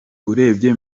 urebye